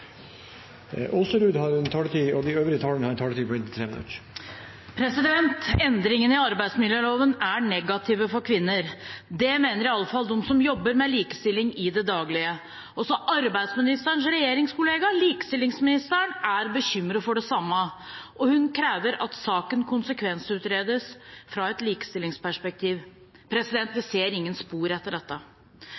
ordet, har en taletid på inntil 3 minutter. Endringene i arbeidsmiljøloven er negative for kvinner. Det mener iallfall de som jobber med likestilling i det daglige. Også arbeidsministerens regjeringskollega, likestillingsministeren, er bekymret for det samme, og hun krever at saken konsekvensutredes fra et likestillingsperspektiv. Vi ser ingen spor etter dette.